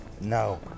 no